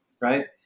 Right